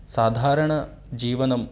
साधारणं जीवनम्